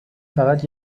فقط